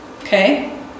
Okay